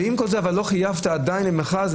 ועם כל זה לא חייבת עדיין לעשות מכרז,